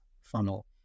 funnel